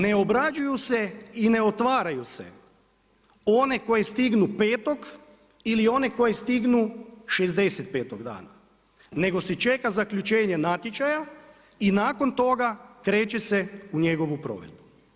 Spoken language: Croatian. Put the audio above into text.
Ne obrađuju se i ne otvaraju se one koje stignu 5., ili one koje stignu 65. dana, nego se čeka zaključenje natječaja i nakon toga kreće se u njegovu provedbu.